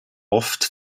oft